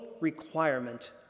requirement